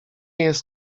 jest